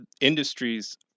industries